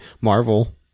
Marvel